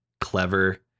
clever